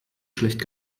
schlecht